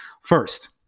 First